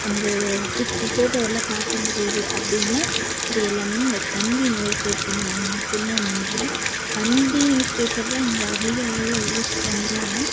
அந்த ஃபோட்டோலாம் பார்க்க முடியுது அப்படின்னா இது எல்லாமே இந்த தந்தி நியூஸ் பேப்பர்னால மட்டும் தான் முடிஞ்சுது தந்தி நியூஸ் பேப்பர் தான் இங்கே அதிக அளவில் யூஸ் பண்ணுறாங்க